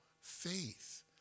faith